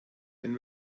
wenn